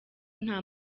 nta